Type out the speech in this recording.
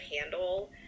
handle